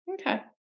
Okay